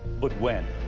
but when.